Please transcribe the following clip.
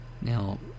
Now